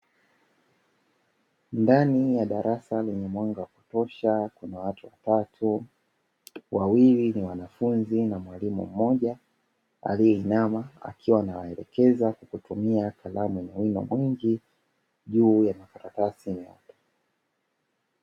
Ndani ya darasa lenye mwanga wa kutosha kuna watu watatu, wawili ni wanafunzi na mwalimu mmoja aliyeinama akiwa na maelekezo kwa kutumia kalamu na wino mwingi juu ya makaratasi meupe.